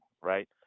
right